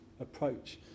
approach